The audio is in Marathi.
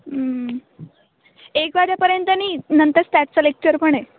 एक वाजेपर्यंत नाही नंतरच स्टॅटचं लेक्चर पण आहे